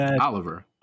Oliver